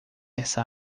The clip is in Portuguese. essa